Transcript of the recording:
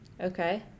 Okay